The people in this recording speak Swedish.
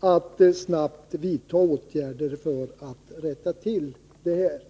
att snabbt vidta åtgärder för att rätta till detta.